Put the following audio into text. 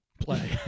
Play